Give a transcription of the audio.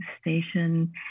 station